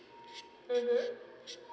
mmhmm